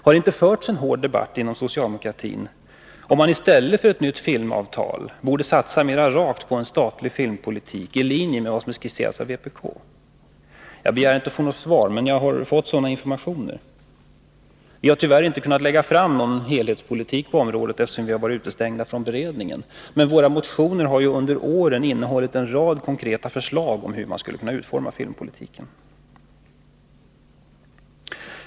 Har det inte förts en hård debatt inom socialdemokratin om att man i stället för ett nytt filmavtal borde satsa mera direkt på en statlig filmpolitik i linje med vad som skisserats av vpk? Jag begär inte att få något svar på den frågan, men jag har fått sådana informationer. Vi har tyvärr inte kunnat lägga fram förslag om en helhetspolitik på området, eftersom vi har varit utestängda från beredningen, men våra motioner under åren har innehållit en rad konkreta förslag om hur man skulle kunna utforma filmpolitiken.